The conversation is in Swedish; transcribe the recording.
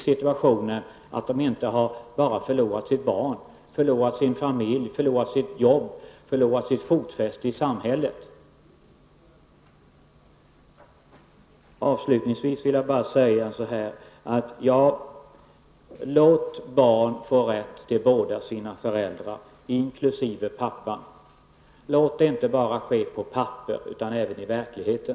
Förutom att de har förlorat sitt barn, har de även förlorat sin familj, sitt jobb och sitt fotfäste i samhället. Låt barn få rätt till båda sina föräldrar inkl. pappan! Låt det inte ske bara på papperet utan även i verkligheten!